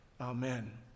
Amen